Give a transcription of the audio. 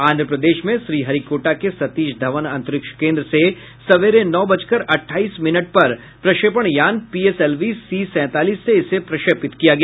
आंध्र प्रदेश में श्रीहरिकोटा के सतीश धवन अंतरिक्ष केन्द्र से सवेरे नौ बजकर अठाईस मिनट पर प्रक्षेपण यान पीएसएलवी सी सैंतालीस से इसे प्रक्षेपित किया गया